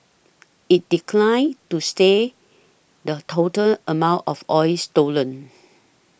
it declined to say the total amount of oil stolen